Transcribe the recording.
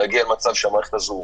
להגיע למצב שהמערכת הזאת,